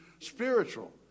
spiritual